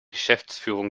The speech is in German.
geschäftsführung